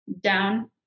down